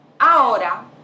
Ahora